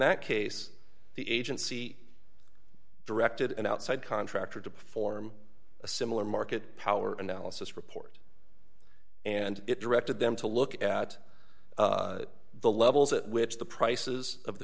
that case the agency directed an outside contractor to perform a similar market power analysis report and it directed them to look at the levels at which the prices of the